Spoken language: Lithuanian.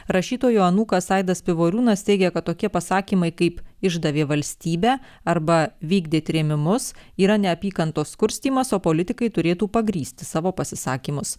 rašytojo anūkas aidas pivoriūnas teigia kad tokie pasakymai kaip išdavė valstybę arba vykdė trėmimus yra neapykantos kurstymas o politikai turėtų pagrįsti savo pasisakymus